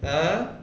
!huh!